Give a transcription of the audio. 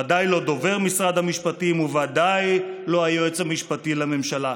ודאי לא דובר משרד המשפטים וודאי לא היועץ המשפטי לממשלה.